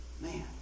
Man